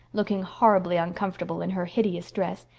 looking horribly uncomfortable in her hideous dress,